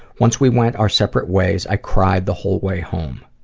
once we went our separate ways i cried the whole way home.